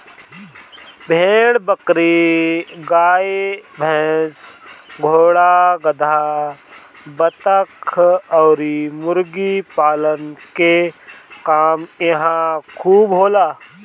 भेड़ बकरी, गाई भइस, घोड़ा गदहा, बतख अउरी मुर्गी पालन के काम इहां खूब होला